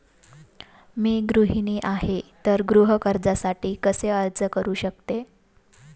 मी गृहिणी आहे तर गृह कर्जासाठी कसे अर्ज करू शकते?